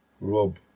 Rob